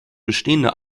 bestehender